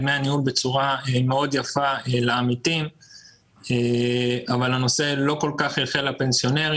דמי הניהול בצורה מאוד יפה אבל הנושא לא כל כך חלחל לפנסיונרים.